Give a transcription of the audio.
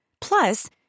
Plus